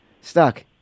Stuck